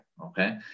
Okay